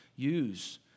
use